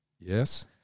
Yes